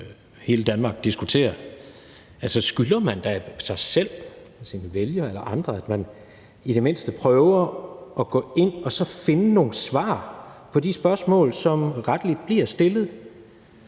hele Danmark diskuterer. Så skylder man da sig selv, sine vælgere eller andre, at man i det mindste prøver at gå ind og finde nogle svar på de spørgsmål, som rettelig bliver stillet.